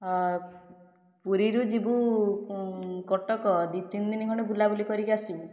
ପୁରୀରୁ ଯିବୁ କଟକ ଦୁଇ ତିନି ଦିନ ଖଣ୍ଡେ ବୁଲାବୁଲି କରିକି ଆସିବୁ